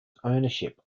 ownership